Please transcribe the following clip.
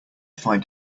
find